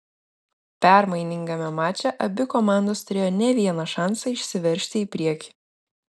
permainingame mače abi komandos turėjo ne vieną šansą išsiveržti į priekį